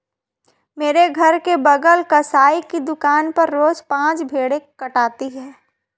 मेरे घर के बगल कसाई की दुकान पर रोज पांच भेड़ें कटाती है